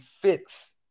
fix